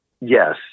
Yes